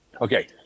okay